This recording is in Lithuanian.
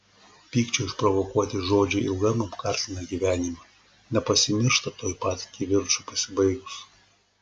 pykčio išprovokuoti žodžiai ilgam apkartina gyvenimą nepasimiršta tuoj pat kivirčui pasibaigus